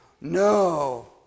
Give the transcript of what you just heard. No